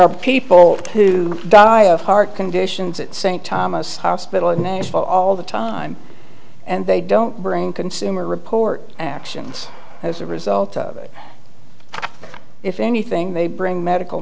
are people who die of heart conditions at st thomas hospital all the time and they don't bring consumer report actions as a result of it if anything they bring medical